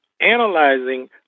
analyzing